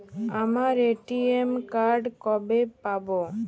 আমার ATM card কবে পাব?